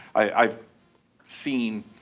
i've seen